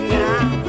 now